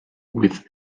with